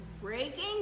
breaking